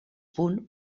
punt